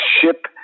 ship